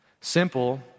Simple